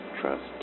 trust